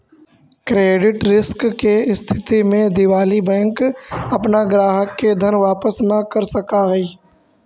credit risk के स्थिति में दिवालि बैंक अपना ग्राहक के धन वापस न कर सकऽ हई